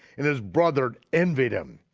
and his brother envied him,